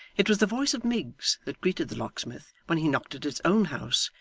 it was the voice of miggs that greeted the locksmith, when he knocked at his own house,